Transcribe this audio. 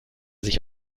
sich